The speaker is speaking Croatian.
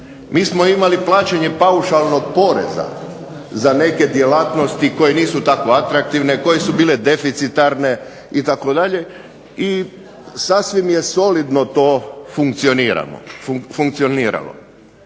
mi smo imali plaćanje paušalnog poreza za neke djelatnosti koje nisu tako atraktivne, koje su bile deficitarne itd. i sasvim je solidno to funkcioniralo.